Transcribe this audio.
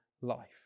life